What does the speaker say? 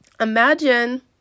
Imagine